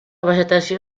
vegetació